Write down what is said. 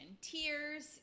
tears